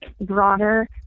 broader